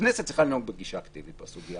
הכנסת צריכה לנהוג בגישה אקטיבית בסוגיה